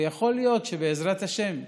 ויכול להיות שבעזרת השם,